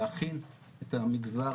להכין את המגזר,